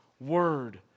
word